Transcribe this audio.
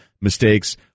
mistakes